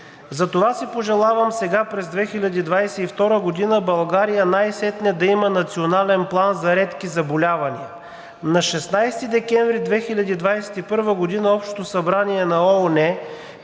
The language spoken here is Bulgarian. Затова си пожелавам сега, през 2022 г., България най-сетне да има национален план за редки заболявания.“ На 16 декември 2022 г. Общото събрание на ООН